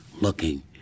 looking